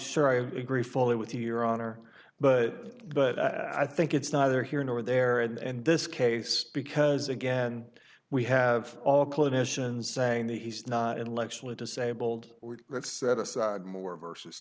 sure i agree fully with you your honor but but i think it's neither here nor there and this case because again we have all clinicians saying that he's not intellectually disabled let's set aside more versus